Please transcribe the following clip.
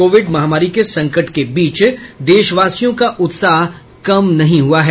Covid महामारी के संकट के बीच देशवासियों का उत्साह कम नहीं हुआ है